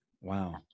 Wow